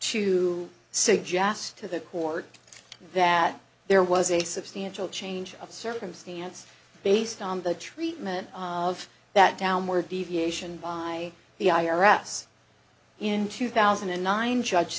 to suggest to the court that there was a substantial change of circumstance based on the treatment of that downward deviation by the i r s in two thousand and nine judge